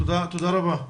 תודה רבה.